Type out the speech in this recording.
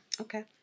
Okay